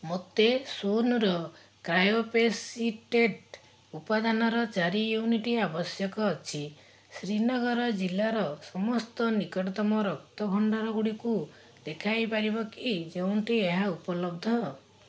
ମୋତେ ଶୂନର କ୍ରାୟୋପ୍ରେସିଟେଟ୍ ଉପାଦାନର ଚାରି ୟୁନିଟ୍ ଆବଶ୍ୟକ ଅଛି ଶ୍ରୀନଗର ଜିଲ୍ଲାର ସମସ୍ତ ନିକଟତମ ରକ୍ତ ଭଣ୍ଡାର ଗୁଡ଼ିକୁ ଦେଖାଇପାରିବ କି ଯେଉଁଠି ଏହା ଉପଲବ୍ଧ